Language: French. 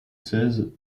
seize